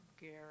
Gary